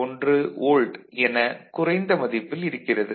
1 volt என குறைந்த மதிப்பில் இருக்கிறது